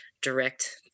direct